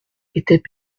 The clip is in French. étaient